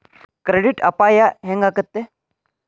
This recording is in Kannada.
ಕ್ರೆಡಿಟ್ ಅಪಾಯಾ ಹೆಂಗಾಕ್ಕತೇ?